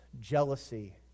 jealousy